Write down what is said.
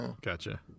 gotcha